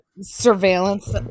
surveillance